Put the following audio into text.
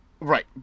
Right